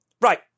Right